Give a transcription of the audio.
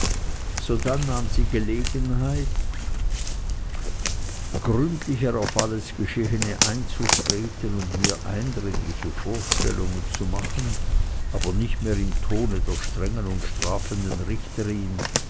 sodann nahm sie gelegenheit gründlicher auf alles geschehene einzutreten und mir eindringliche vorstellungen zu machen aber nicht mehr im tone der strengen und strafenden richterin